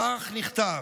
כך נכתב.